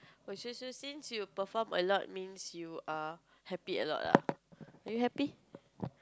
oh so so since you perform a lot means you are happy a lot ah are you happy